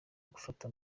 gufata